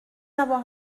avoir